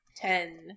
Ten